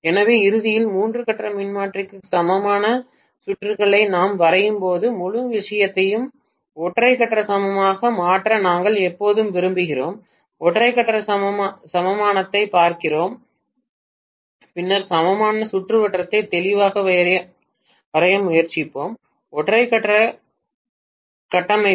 எனவே இறுதியில் மூன்று கட்ட மின்மாற்றிக்கு சமமான சுற்றுகளை நாம் வரையும்போது முழு விஷயத்தையும் ஒற்றை கட்ட சமமாக மாற்ற நாங்கள் எப்போதும் விரும்புகிறோம் ஒற்றை கட்ட சமமானதைப் பார்க்கிறோம் பின்னர் சமமான சுற்றுவட்டத்தை தெளிவாக வரைய முயற்சிப்போம் ஒற்றை கட்ட கட்டமைப்பு